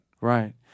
Right